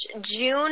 June